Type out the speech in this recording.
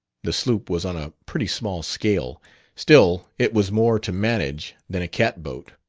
the sloop was on a pretty small scale still, it was more to manage than a cat-boat.